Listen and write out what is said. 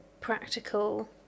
practical